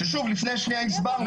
ששוב לפני שנייה הסברנו,